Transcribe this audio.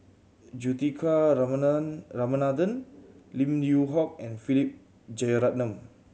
Juthika Ramanathan Lim Yew Hock and Philip Jeyaretnam